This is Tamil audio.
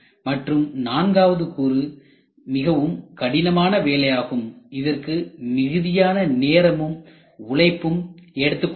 மற்றும் நான்காவது கூறு மிகவும் கடினமான வேலையாகும் இதற்கு மிகுதியான நேரமும் உழைப்பும் எடுத்துக்கொள்ளப்படும்